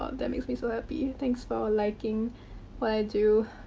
ah that makes me so happy. thanks for liking what i do.